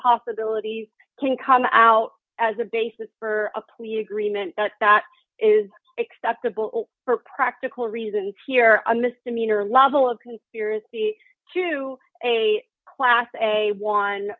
possibilities can come out as a basis for a plea agreement that is acceptable for practical reasons here a misdemeanor level of conspiracy to a class a one